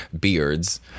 beards